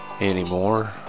anymore